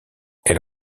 elle